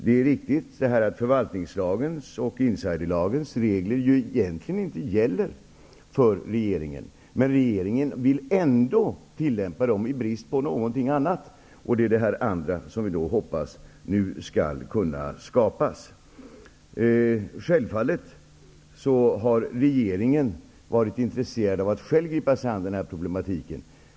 Det är riktigt att förvaltningslagens och insiderlagens regler inte gäller för regeringens ledamöter. Regeringen vill dock ändå tillämpa dem i brist på de andra regler, som vi nu hoppas skall kunna skapas. Självfallet har regeringen varit intresserad av att själv gripa sig an denna problematik.